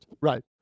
Right